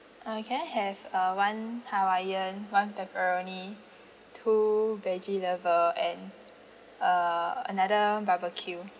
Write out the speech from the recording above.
uh can I have uh one hawaiian one pepperoni two veggie lover and uh another barbecue